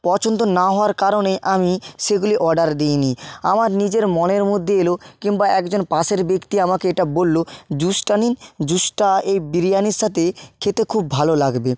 পছন্দ না হওয়ার কারণে আমি সেগুলি অর্ডার দিইনি আমার নিজের মনের মধ্যে এল কিংবা একজন পাশের ব্যক্তি আমাকে এটা বলল জুসটা নিন জুসটা এই বিরিয়ানির সাথে খেতে খুব ভালো লাগবে